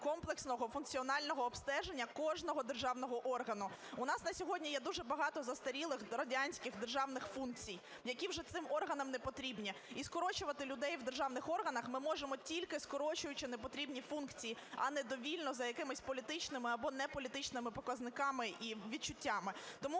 комплексного функціонального обстеження кожного державного органу. У нас на сьогодні є дуже багато застарілих радянських державних функцій, які вже цим органам не потрібні. І скорочувати людей в державних органах ми можемо, тільки скорочуючи непотрібні функції, а не довільно за якимись політичними або неполітичними показниками і відчуттями. Тому,